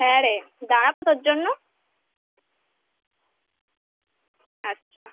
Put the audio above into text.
হ্যাঁ রে দাঁড়াবো তোর জন্য আচ্ছা